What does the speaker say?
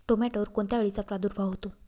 टोमॅटोवर कोणत्या अळीचा प्रादुर्भाव होतो?